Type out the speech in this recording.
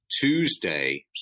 Tuesday